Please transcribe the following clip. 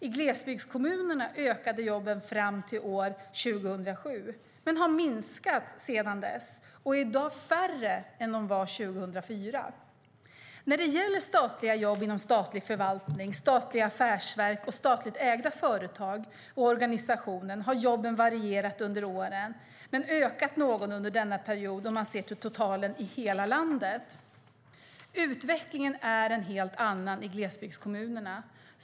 I glesbygdskommunerna ökade jobben fram till år 2007 men har minskat sedan dess och är i dag färre än vad de var 2004. När det gäller statliga jobb inom statlig förvaltning, statliga affärsverk och statligt ägda förtag och organisationer har jobben varierat under åren men ökat något under denna period om man ser till totalen i hela landet. Utvecklingen är en helt annan i glesbygdskommunerna.